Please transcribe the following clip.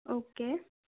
okay